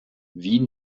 wie